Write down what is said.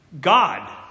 God